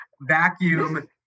vacuum